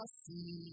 see